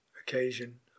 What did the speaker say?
occasion